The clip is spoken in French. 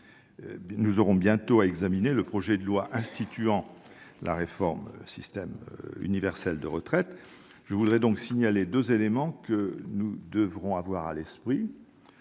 nous aurons bientôt à examiner le projet de loi instituant un système universel de retraite. Je veux signaler deux éléments que nous devrons avoir à l'esprit.